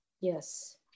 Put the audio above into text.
Yes